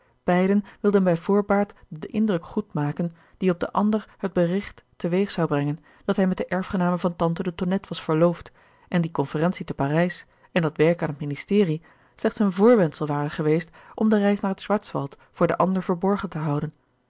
beiden wilden bij voorbaat den indruk goed maken dien op den ander het bericht te weeg zou brengen dat hij met de erfgename van tante de tonnette was verloofd en die conferentie te parijs en dat werk aan het ministerie slechts een voorwendsel waren geweest om de reis naar het schwarzwald voor den ander verborgen te houden